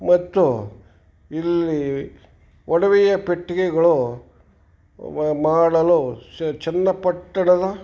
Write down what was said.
ಮತ್ತು ಇಲ್ಲಿ ಒಡವೆಯ ಪೆಟ್ಟಿಗೆಗಳು ಮಾಡಲು ಚನ್ನಪಟ್ಟಣದ